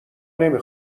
نمی